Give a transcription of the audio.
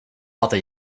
other